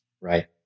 Right